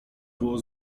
było